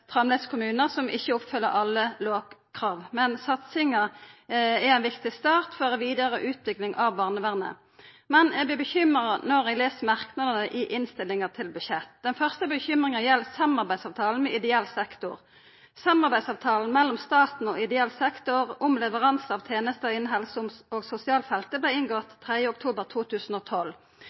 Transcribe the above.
kommunar som ikkje følgjer opp alle lovkrav. Men satsinga er ein viktig start for den vidare utviklinga av barnevernet. Eg vert bekymra når eg les merknadene i innstillinga til budsjettet. Den første bekymringa gjeld samarbeidsavtalen med ideell sektor. Samarbeidsavtalen mellom staten og ideell sektor om leveranse av tenester innan helse- og sosialfeltet vart inngått 3. oktober 2012.